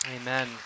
Amen